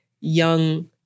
young